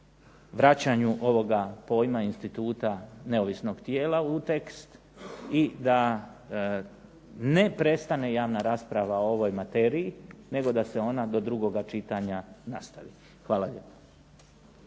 vraćanju ovoga pojma instituta neovisnog tijela u tekst, i da ne prestane javna rasprava o ovoj materiji, nego da se ona do drugoga čitanja nastavi. Hvala lijepo.